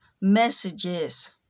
messages